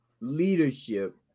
leadership